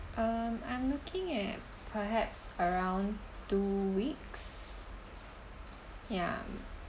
um I'm looking at perhaps around two weeks ya